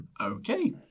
Okay